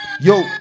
yo